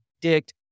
predict